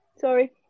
Sorry